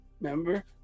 Remember